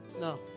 no